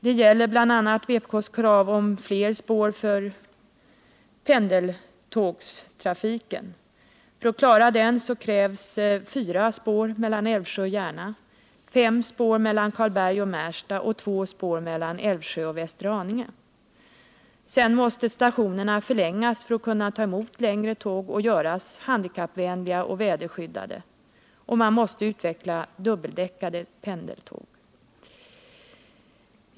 Det gäller bl.a. vpk:s krav om flera spår för pendeltågstrafiken. För att klara den krävs fyra spår mellan Älvsjö och Järna, fem spår mellan Karlberg och Märsta och två spår mellan Älvsjö och Västerhaninge. "tåg och göras handikappvänliga och väderskyddade, och man måste utveckla dubbeldäckade pendeltåg.